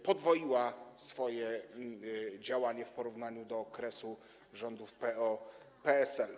Podwoiła swoje działanie w porównaniu z okresem rządów PO-PSL.